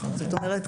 זאת אומרת,